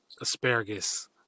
asparagus